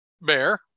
Bear